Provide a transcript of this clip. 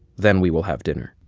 then we will have dinner.